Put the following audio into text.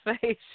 face